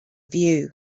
view